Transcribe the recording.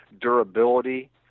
durability